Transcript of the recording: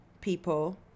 people